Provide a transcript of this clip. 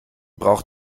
braucht